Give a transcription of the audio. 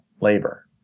labor